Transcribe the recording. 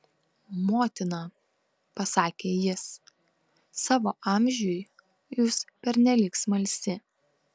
motina pasakė jis savo amžiui jūs pernelyg smalsi